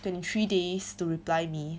twenty three days to reply me